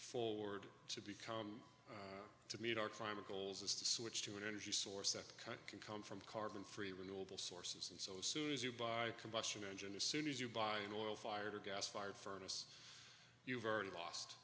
forward to become to meet our climate goals is to switch to an energy source that cut can come from carbon free renewable sources and so as soon as you buy combustion engine as soon as you buy an oil fired or gas fired furnace you've already lost